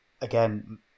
again